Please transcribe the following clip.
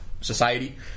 society